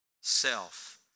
self